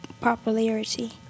popularity